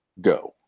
Go